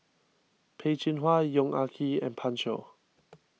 Peh Chin Hua Yong Ah Kee and Pan Shou